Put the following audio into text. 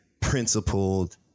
principled